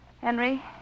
Henry